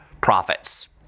profits